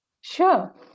Sure